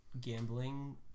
gambling